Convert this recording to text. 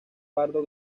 pardo